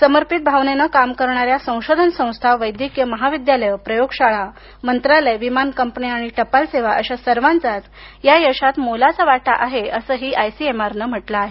समर्पित भावनेनं काम करणाऱ्या संशोधन संस्था वैदयकीय महाविद्यालये प्रयोगशाळा मंत्रालय विमान कंपन्या आणि टपाल सेवा अशा सर्वांचा या यशात मोलाचा वाटा आहे असंही आयसीएम आरनं म्हटलं आहे